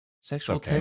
sexual